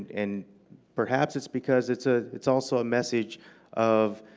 and perhaps it's because it's ah it's also a message of